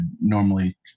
normally